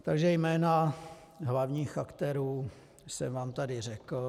Takže jména hlavních aktérů jsem vám tady řekl.